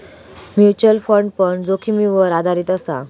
mutual fund पण जोखीमीवर आधारीत असा